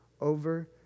over